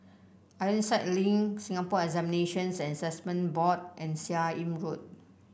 Ironside Link Singapore Examinations and Assessment Board and Seah Im Road